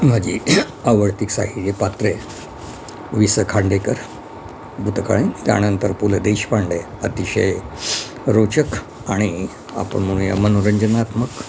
माझी आवडती साहित्यिक पात्रे वि स खांडेकर भूतकाळी त्यानंतर पु ल देशपांडे अतिशय रोचक आणि आपण म्हणू या मनोरंजनात्मक